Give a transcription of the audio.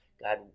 God